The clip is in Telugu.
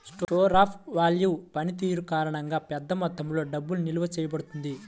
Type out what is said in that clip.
స్టోర్ ఆఫ్ వాల్వ్ పనితీరు కారణంగా, పెద్ద మొత్తంలో డబ్బు నిల్వ చేయబడుతుంది